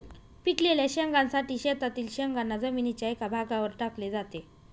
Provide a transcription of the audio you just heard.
पिकलेल्या शेंगांसाठी शेतातील शेंगांना जमिनीच्या एका भागावर टाकले जाते